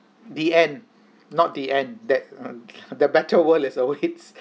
the end not the end that um the better world is awaits